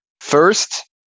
First